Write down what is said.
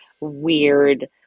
weird